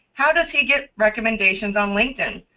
how does he get recommendations on linkedin?